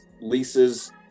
leases